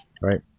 Right